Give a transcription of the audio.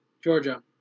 Georgia